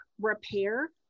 repair